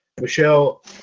Michelle